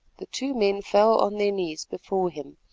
the two men fell on their knees before him,